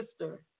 sister